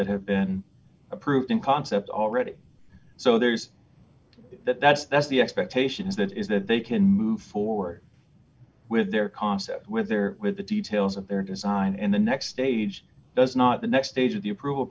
that have been approved in concept already so there's that that's that's the expectation is that is that they can move forward with their concept with or with the details of their design in the next stage does not the next stage of the approval